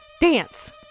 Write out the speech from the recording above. Dance